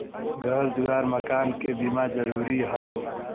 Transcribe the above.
घर दुआर मकान के बीमा जरूरी हौ